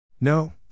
No